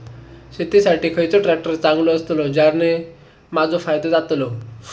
शेती साठी खयचो ट्रॅक्टर चांगलो अस्तलो ज्याने माजो फायदो जातलो?